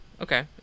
okay